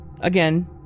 Again